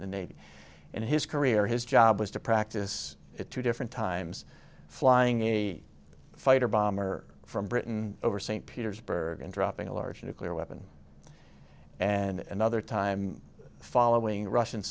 in the navy and his career his job was to practice it two different times flying a fighter bomber from britain over st petersburg and dropping a large nuclear weapon and another time following russian